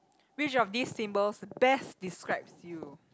which of these symbols best describes you